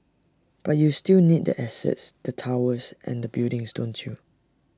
but you still need the assets the towers and the buildings don't you